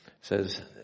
says